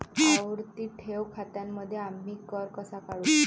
आवर्ती ठेव खात्यांमध्ये आम्ही कर कसा काढू?